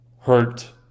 hurt